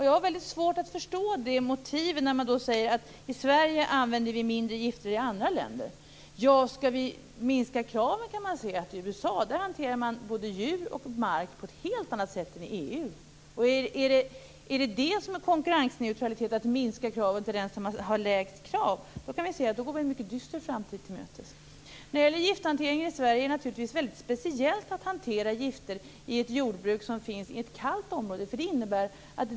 Jag har svårt att förstå motivet när man då säger att vi i Sverige använder mindre gifter än i andra länder. Om vi skall sänka kraven kan vi se på USA, där man hanterar både djur och mark på ett annat sätt än i EU. Om det är konkurrensneutralitet att sänka kraven och anpassa dem till den som har lägst krav går vi en mycket dyster framtid till mötes. När det gäller gifthanteringen i Sverige måste man också ta hänsyn till att det naturligtvis är speciellt att hantera gifter i ett kallt område.